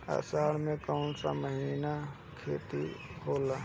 अषाढ़ मे कौन सा खेती होला?